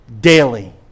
daily